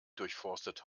durchforstet